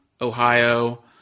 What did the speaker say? Ohio